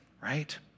right